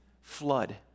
flood